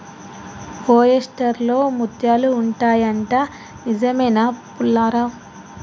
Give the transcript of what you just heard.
oyster లో ముత్యాలు ఉంటాయి అంట, నిజమేనా పుల్లారావ్